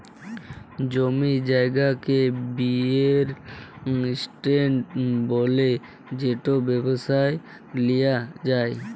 জমি জায়গাকে real estate ব্যলে যেট ব্যবসায় লিয়া যায়